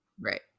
Right